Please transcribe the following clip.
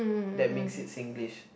that makes it Singlish